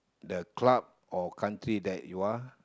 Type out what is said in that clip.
the club or country that you are